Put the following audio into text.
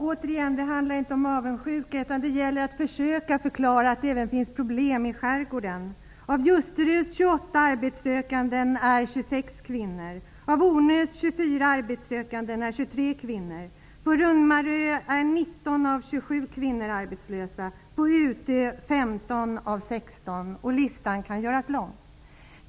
Herr talman! Det handlar inte om avundsjuka, utan det gäller att försöka förklara att det finns problem i skärgården. Av Ljusterös 28 arbetssökanden är 26 kvinnor. Av Ornös 24 arbetssökanden är 23 kvinnor. På Rumnarö är 19 av 27 arbetslösa kvinnor, på Utö 15 av 16. Listan kan göras lång.